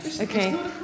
Okay